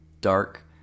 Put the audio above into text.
dark